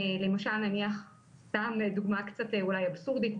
למשל נניח סתם דוגמה קצת אבסורדית,